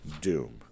Doom